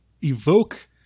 evoke